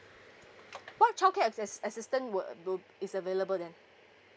what child care as~ as~ assistant will will b~ is available then